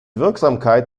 wirksamkeit